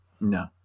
No